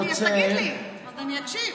אז תגיד לי, אז אני אקשיב.